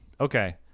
Okay